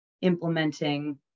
implementing